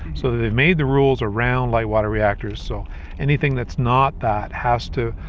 so they made the rules around light water reactors, so anything that's not that has to.